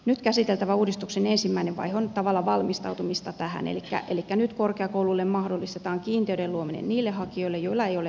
nyt käsiteltävän uudistuksen ensimmäinen vaihe on tavallaan valmistautumista tähän elikkä nyt korkeakouluille mahdollistetaan kiintiöiden luominen niille hakijoille joilla ei ole aikaisempaa paikkaa tai tutkintoa